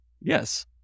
Yes